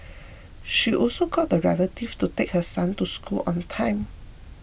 she also got a relative to take her son to school on time